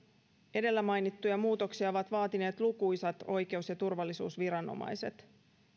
edellä mainittuja muutoksia ovat vaatineet lukuisat oikeus ja turvallisuusviranomaiset